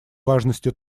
важности